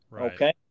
Okay